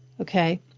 okay